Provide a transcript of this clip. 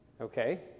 Okay